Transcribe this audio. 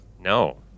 No